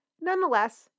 Nonetheless